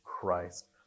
Christ